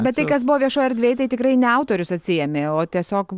bet tai kas buvo viešoj erdvėj tai tikrai ne autorius atsiėmė o tiesiog